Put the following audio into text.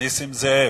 נסים זאב.